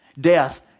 Death